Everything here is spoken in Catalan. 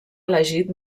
elegit